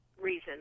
reason